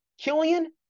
Killian